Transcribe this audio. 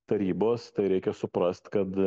tarybos tai reikia suprast kad